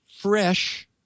fresh